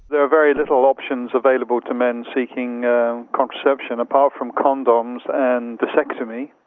there are very little options available to men seeking contraception apart from condoms and vasectomy.